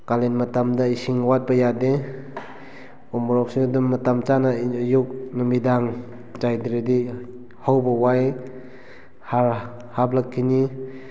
ꯀꯥꯂꯦꯟ ꯃꯇꯝꯗ ꯏꯁꯤꯡ ꯋꯥꯠꯄ ꯌꯥꯗꯦ ꯎ ꯃꯣꯔꯣꯛꯁꯤ ꯑꯗꯨꯝ ꯃꯇꯝ ꯆꯥꯅ ꯑꯌꯨꯛ ꯅꯨꯃꯤꯗꯥꯡ ꯆꯥꯏꯗ꯭ꯔꯗꯤ ꯍꯧꯕ ꯋꯥꯏ ꯍꯥꯔ ꯍꯥꯞꯂꯛꯈꯤꯅꯤ